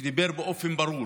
שדיבר באופן ברור